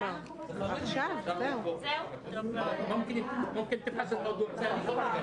ואני לא משפטן,